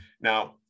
Now